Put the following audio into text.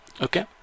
Okay